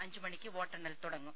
അഞ്ചുമണിയ്ക്ക് വോട്ടെണ്ണൽ തുടങ്ങും